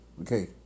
Okay